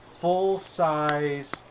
full-size